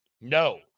No